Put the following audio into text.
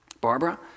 Barbara